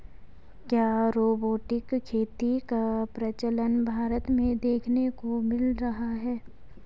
क्या रोबोटिक खेती का प्रचलन भारत में देखने को मिल रहा है?